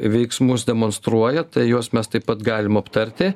veiksmus demonstruoja tai juos mes taip pat galim aptarti